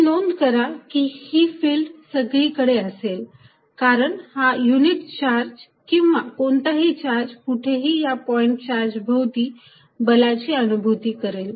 ही नोंद करा की ही फिल्ड सगळीकडे असेल कारण हा युनिट चार्ज किंवा कोणताही चार्ज कुठेही या पॉईंट चार्ज भोवती बलाची अनुभूती करेल